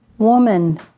Woman